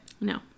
No